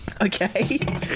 Okay